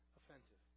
offensive